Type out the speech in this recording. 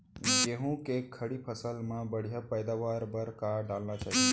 गेहूँ के खड़ी फसल मा बढ़िया पैदावार बर का डालना चाही?